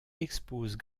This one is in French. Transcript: expose